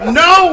no